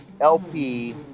LP